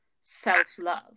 self-love